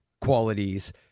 qualities